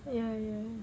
ya ya